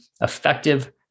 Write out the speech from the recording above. effective